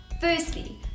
Firstly